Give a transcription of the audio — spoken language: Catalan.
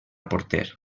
porter